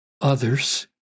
others